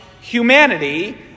humanity